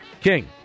King